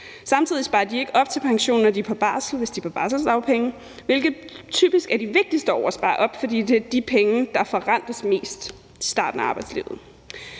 samtidig sparer de ikke op til pensionen, når de er på barsel, hvis de er på barselsdagpenge, hvilket typisk er de vigtigste år at spare op, fordi det er de penge, der forrentes mest i starten af arbejdslivet.